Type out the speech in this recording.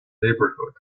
neighbourhood